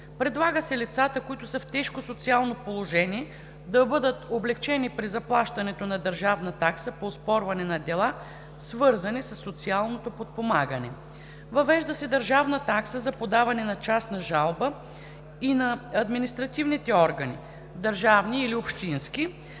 Предлага се лицата, които са в тежко социално положение, да бъдат облекчени при заплащането на държавна такса по оспорване на дела, свързани със социално подпомагане. Въвежда се държавна такса за подаване на частна жалба и на административните органи – държавни или общински,